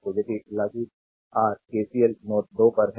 तो यदि लागू आर केसीएल नोड 2 पर हैं